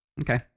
Okay